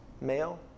male